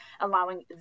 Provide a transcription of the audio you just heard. allowing